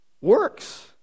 works